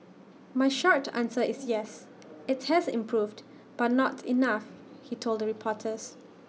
my short answer is yes IT has improved but not enough he told reporters